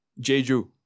Jeju